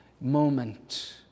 moment